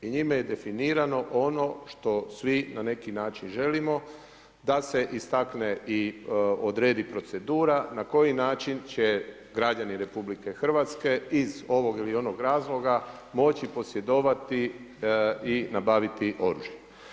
I njima je definirano ono što svi na neki način želimo da se istakne i odredi procedura na koji način će građani RH iz ovog ili onog razloga moći posjedovati i nabaviti oružje.